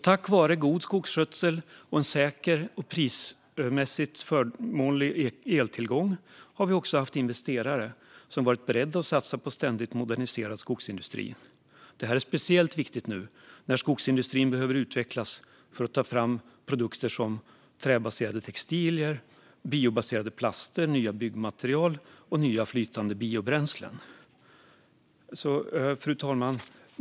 Tack vare god skogsskötsel och en säker och prismässigt förmånlig eltillgång har vi också haft investerare som varit beredda att satsa på en ständigt moderniserad skogsindustri. Detta är speciellt viktigt nu när skogsindustrin behöver utvecklas för att ta fram produkter som träbaserade textilier, biobaserade plaster, nya byggmaterial och nya flytande biobränslen. Fru talman!